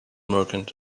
merchant